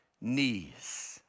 knees